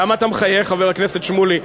למה אתה מחייך, חבר הכנסת שמולי?